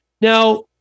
Now